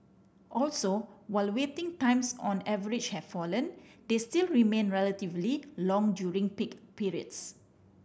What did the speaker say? also while waiting times on average have fallen they still remain relatively long during peak periods